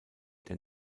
der